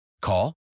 Call